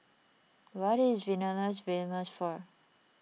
what is Vilnius famous for